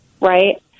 right